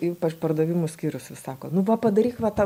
ypač pardavimų skyrius vis sako nu va padaryk va tą